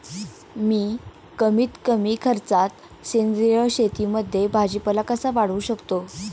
मी कमीत कमी खर्चात सेंद्रिय शेतीमध्ये भाजीपाला कसा वाढवू शकतो?